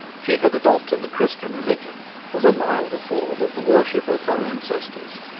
she had adopted the christian religion as a milder form of the worship of her ancestors,